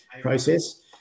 process